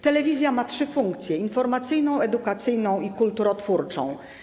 Telewizja ma trzy funkcje: informacyjną, edukacyjną i kulturotwórczą.